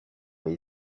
les